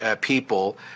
people